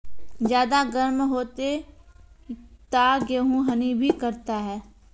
ज्यादा गर्म होते ता गेहूँ हनी भी करता है?